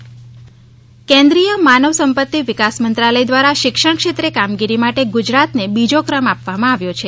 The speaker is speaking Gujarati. શિક્ષણ ગુજરાત કેન્દ્રિય માનવસંપત્તિ વિકાસ મંત્રાલય દ્વારા શિક્ષણક્ષેત્રે કામગીરી માટે ગુજરાતે બીજો ક્રમ આપવામાં આવ્યો છે